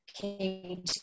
came